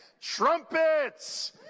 trumpets